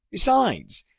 besides,